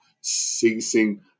ceasing